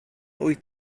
wyt